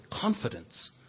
confidence